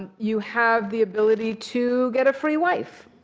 and you have the ability to get a free wife.